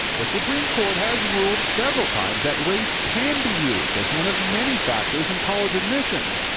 the supreme court has ruled several times that race can be used as one of many factors in college admissions.